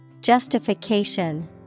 Justification